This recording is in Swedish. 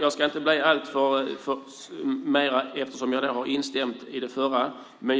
Jag ska inte säga mycket mer, eftersom jag har instämt i vad som tidigare sagts.